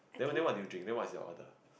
then then what do you drink then what's your order